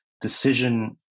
decision